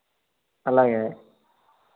అలాగే